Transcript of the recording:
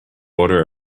order